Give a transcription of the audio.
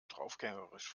draufgängerisch